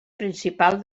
principal